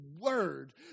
word